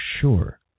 sure